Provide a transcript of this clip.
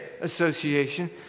Association